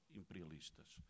imperialistas